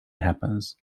happens